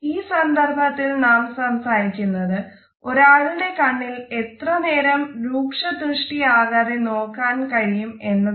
ഈ സന്ദർഭത്തിൽ നാം സംസാരിക്കുന്നത് ഒരാളുടെ കണ്ണിൽ എ ത്ര നേരം രൂക്ഷ ദൃഷ്ടി ആകാതെ നോക്കാൻ കഴിയും എന്നതാണ്